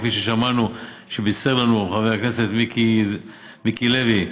כפי ששמענו שבישר לנו חבר הכנסת מיקי לוי,